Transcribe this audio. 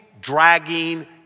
dragging